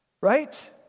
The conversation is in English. Right